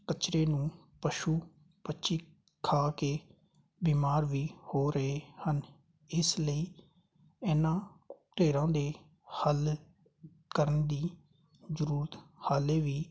ਕਚਰੇ ਨੂੰ ਪਸ਼ੂ ਪੰਛੀ ਖਾ ਕੇ ਬਿਮਾਰ ਵੀ ਹੋ ਰਹੇ ਹਨ ਇਸ ਲਈ ਇਨ੍ਹਾਂ ਢੇਰਾਂ ਦੇ ਹੱਲ ਕਰਨ ਦੀ ਜ਼ਰੂਰਤ ਹਾਲੇ ਵੀ